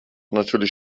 natürlich